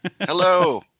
Hello